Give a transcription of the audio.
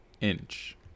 Inch